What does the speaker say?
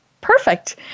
Perfect